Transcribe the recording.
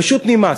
פשוט נמאס.